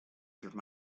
through